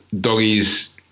Doggies